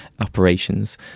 operations